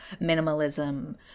minimalism